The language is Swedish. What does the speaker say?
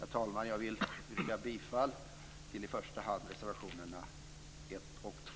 Herr talman! Jag vill yrka bifall till i första hand reservationerna 1 och 2.